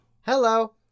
Hello